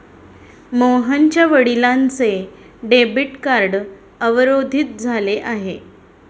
मोहनच्या वडिलांचे debit card अवरोधित झाले आहे